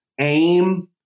aim